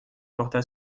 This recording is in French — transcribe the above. porta